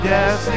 Yes